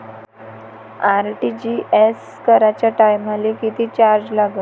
RTGS कराच्या टायमाले किती चार्ज लागन?